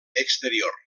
exterior